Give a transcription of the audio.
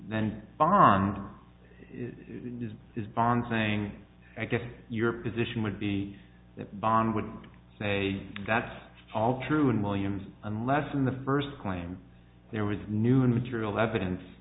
then on this is bond saying i guess your position would be that bond would say that's all true and williams unless in the first claim there was new and material evidence